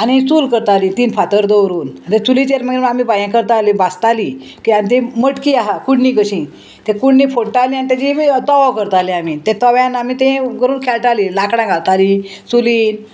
आनी चूल करतालीं तीन फातर दवरून चुलीचेर मागीर आमी भायर करतालीं भाजतालीं की आनी ती मटकी आहा कुडणी कशी ते कुडणी फोडटाली आनी तेजी तोवो करतालीं आमी ते तव्यान आमी ते करून खेळटालीं लाकडां घालतालीं चुलीन